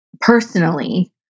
personally